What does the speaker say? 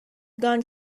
gone